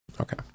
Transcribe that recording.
Okay